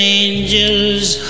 angel's